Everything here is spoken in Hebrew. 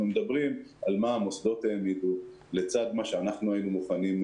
דיקני הסטודנטים פעלו באופן אינטנסיבי לסייע לאוכלוסיות במצוקה: חרדים,